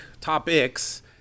topics